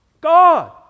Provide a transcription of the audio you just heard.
God